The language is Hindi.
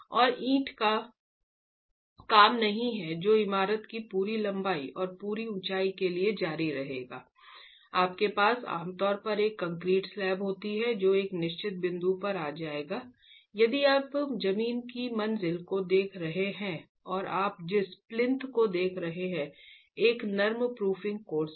यह ईंट का काम नहीं है जो इमारत की पूरी लंबाई और पूरी ऊंचाई के लिए जारी रहेगा आपके पास आम तौर पर एक कंक्रीट स्लैब होती है जो एक निश्चित बिंदु पर आ जाएगा यदि आप जमीन की मंजिल को देख रहे हैं और आप जिस प्लिंथ को देख सकते हैं एक नम प्रूफिंग कोर्स है